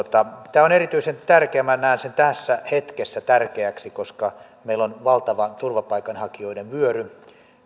tämä on erityisen tärkeää minä näen sen tässä hetkessä tärkeänä koska meillä on valtava turvapaikanhakijoiden vyöry